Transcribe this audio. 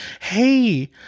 Hey